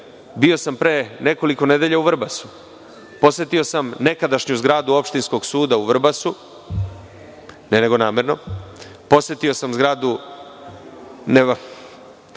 bio sam pre nekoliko nedelja u Vrbasu, posetio sam nekadašnju zgradu opštinskog suda u Vrbasu, namerno, posetio sam zgradu